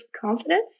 confidence